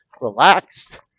relaxed